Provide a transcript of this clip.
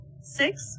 Six